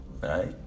right